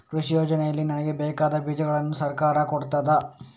ಕೃಷಿ ಯೋಜನೆಯಲ್ಲಿ ನನಗೆ ಬೇಕಾದ ಬೀಜಗಳನ್ನು ಸರಕಾರ ಕೊಡುತ್ತದಾ?